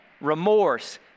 remorse